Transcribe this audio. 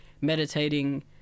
meditating